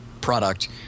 product